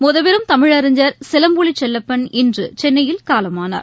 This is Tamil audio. முதுபெரும் தமிழறிஞர் சிலம்பொலி செல்லப்பன் இன்று சென்னையில் காலமானார்